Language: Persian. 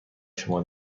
شما